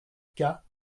cas